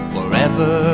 Forever